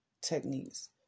techniques